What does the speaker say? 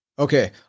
Okay